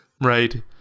Right